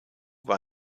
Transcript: war